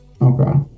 Okay